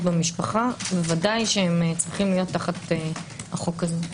במשפחה ודאי שהן צריכות להיות תחת החוק הזה.